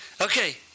Okay